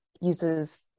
uses